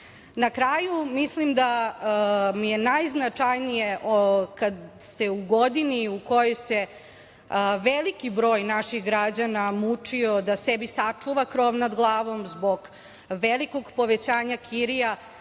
kraju, mislim da mi je najznačajnije kad ste u godini u kojoj se veliki broj naših građana mučio da sebi sačuva krov nad glavom zbog velikog povećanja kirija,